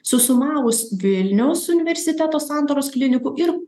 susumavus vilniaus universiteto santaros klinikų ir